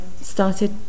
started